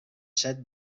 set